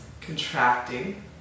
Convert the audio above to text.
contracting